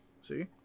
See